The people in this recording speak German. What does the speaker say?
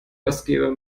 gastgeber